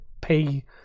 pay